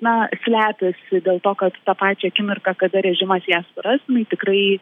na slepiasi dėl to kad tą pačią akimirką kada režimas ją suras jinai tikrai